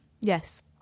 Yes